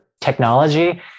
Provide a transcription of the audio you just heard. technology